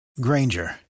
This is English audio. Granger